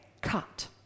cut